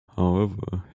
however